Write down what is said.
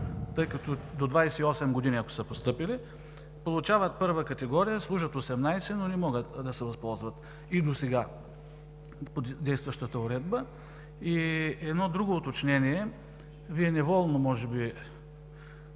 тъй като до 28 години, ако са постъпили, получават първа категория, служат 18, но не могат да се възползват и досега от действащата уредба. И едно друго уточнение – Вие неволно може би